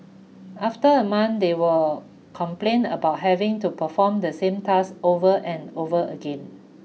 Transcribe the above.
after a month they were complained about having to perform the same task over and over again